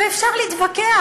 אפשר להתווכח,